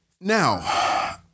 now